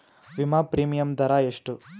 ವಿಮಾ ಪ್ರೀಮಿಯಮ್ ದರಾ ಎಷ್ಟು?